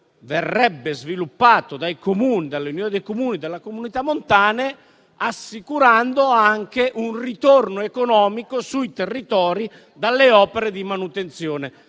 verrebbe sviluppato dai Comuni, dalle Unioni dei Comuni e dalle Comunità montane assicurando anche un ritorno economico, sui territori, dalle opere di manutenzione.